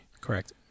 correct